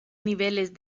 niveles